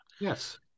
Yes